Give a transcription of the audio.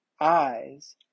eyes